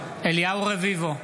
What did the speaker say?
רביבו,